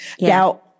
Now